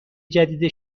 جدید